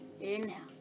Inhale